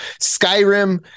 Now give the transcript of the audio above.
Skyrim